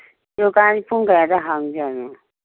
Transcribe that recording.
ꯗꯨꯀꯥꯟ ꯄꯨꯡ ꯀꯌꯥꯗꯒꯤ ꯍꯥꯡꯕꯖꯥꯠꯅꯣ